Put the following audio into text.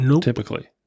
typically